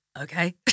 okay